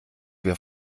wir